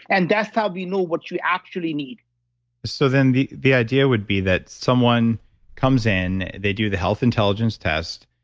and that's how we know what you actually need so then the the idea would be that someone comes in, they do the health intelligence test.